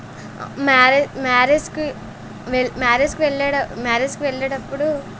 marriage మ్యారేజ్కి వెళ్ మ్యారేజ్కి వెళ్ళడ మ్యారేజ్కి వెళ్ళేటప్పుడు